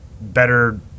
better